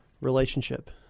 relationship